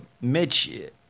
Mitch